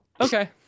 okay